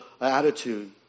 attitude